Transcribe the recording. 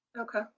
Okay